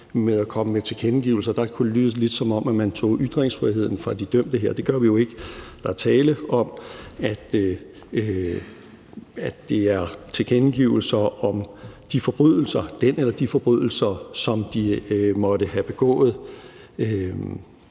med at komme med tilkendegivelser. Der kunne det lyde lidt, som om vi tager ytringsfriheden fra de dømte. Det gør vi jo ikke. Der er tale om, at det er tilkendegivelser om den eller de forbrydelser, som de måtte have begået.